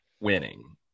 winning